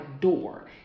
door